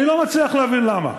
אני לא מצליח להבין למה.